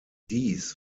dies